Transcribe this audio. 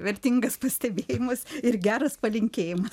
vertingas pastebėjimas ir geras palinkėjimas